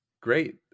Great